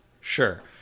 Sure